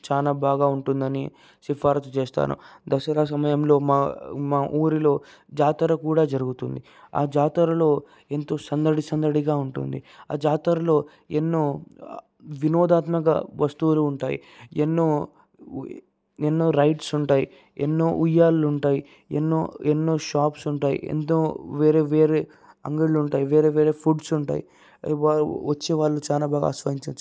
చాలా బాగా ఉంటుందని సిఫారసు చేస్తాను దసరా సమయంలో మా మా ఊరిలో జాతర కూడా జరుగుతుంది ఆ జాతరలో ఎంతో సందడి సందడిగా ఉంటుంది ఆ జాతరలో ఎన్నో వినోదాత్మక వస్తువులు ఉంటాయి ఎన్నో ఎన్నో రైడ్స్ ఉంటాయి ఎన్నో ఉయ్యాలలు ఉంటాయి ఎన్నో ఎన్నో షాప్స్ ఉంటాయి ఎంతో వేరే వేరే అంగళ్ళు ఉంటాయి వేరే వేరే ఫుడ్స్ ఉంటాయి వాళ్ళు వచ్చేవాళ్ళు చాలా బాగా ఆస్వాదించవచ్చు